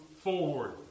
forward